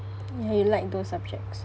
you like those subjects